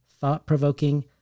thought-provoking